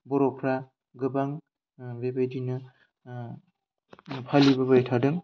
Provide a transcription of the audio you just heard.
बर'फ्रा गोबां बेबायदिनो फालिबोबाय थादों